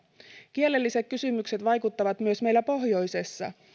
kielelliset kysymykset vaikuttavat myös meillä pohjoisessa